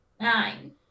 Nine